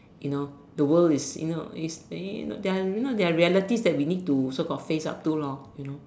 you know the world is you know is uh no there are there are you know there are realities that we need to so called face up to loh you know